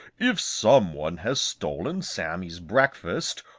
if some one has stolen sammy's breakfast,